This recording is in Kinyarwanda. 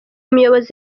muyobozi